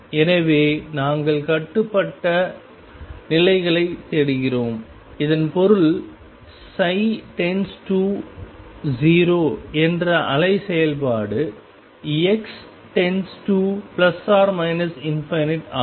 எனவே நாங்கள் கட்டுப்பட்ட நிலைகளைத் தேடுகிறோம் இதன் பொருள் ψ→0 என்ற அலை செயல்பாடு x→±∞ ஆகும்